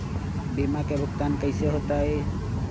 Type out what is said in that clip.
बीमा के भुगतान कैसे होतइ?